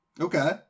Okay